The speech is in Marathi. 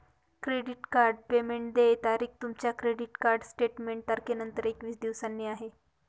क्रेडिट कार्ड पेमेंट देय तारीख तुमच्या क्रेडिट कार्ड स्टेटमेंट तारखेनंतर एकवीस दिवसांनी आहे